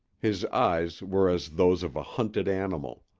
his eyes were as those of a hunted animal.